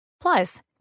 Plus